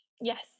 Yes